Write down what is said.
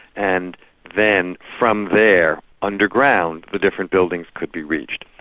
and then from there, underground, the different buildings could be reached.